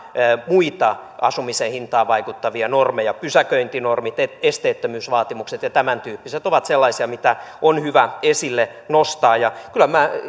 muita asumisen hintaan vaikuttavia normeja pysäköintinormit esteettömyysvaatimukset ja tämäntyyppiset ovat sellaisia mitä on hyvä esille nostaa ja kyllä minä